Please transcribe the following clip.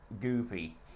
goofy